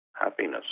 Happiness